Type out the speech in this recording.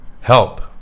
help